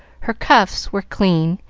her cuffs were clean,